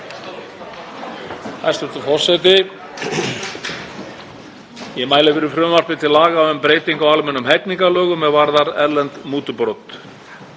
Hæstv. forseti. Ég mæli fyrir frumvarpi til laga um breytingu á almennum hegningarlögum er varðar erlend mútubrot.